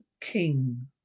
King